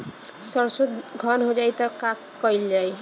सरसो धन हो जाई त का कयील जाई?